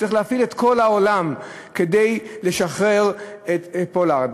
צריך להפעיל את כל העולם כדי לשחרר את פולארד.